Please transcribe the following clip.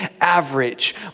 average